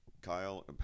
Kyle